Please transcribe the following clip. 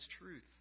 truth